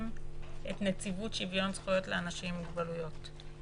את נציבות שוויון זכויות לאנשים עם מוגבלויות.